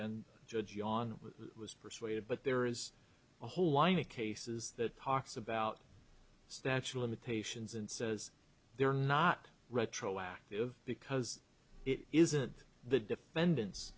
and judge you on was persuaded but there is a whole line of cases that talks about statue imitations and says they're not retroactive because it isn't the defendant's